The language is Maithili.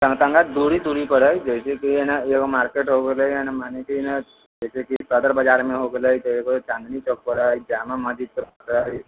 कनी कनी दूरी दूरीपर हइ जइसे कि एने एगो मार्केट हो गेलै मने कि ने जइसे कि सदर बाजारमे हो गेलै तऽ एगो चाँदनी चौकपर हइ जामा मस्जिदपर हइ